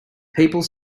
people